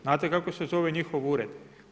Znate kako se zove njihov ured?